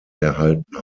erhalten